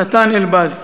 נתן אלבז.